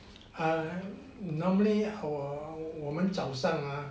err normally our 我们早上啊